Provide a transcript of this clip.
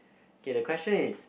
K the question is